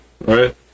right